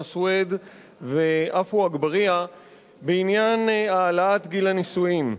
חנא סוייד ועפו אגבאריה בעניין העלאת גיל הנישואים.